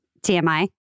TMI